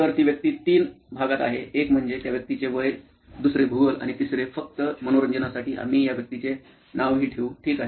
तर ती व्यक्ती तीन भागात आहे एक म्हणजे त्या व्यक्तीचे वय दुसरे भूगोल आणि तिसरे फक्त मनोरंजनासाठी आम्ही या व्यक्तीचे नावही ठेवू ठीक आहे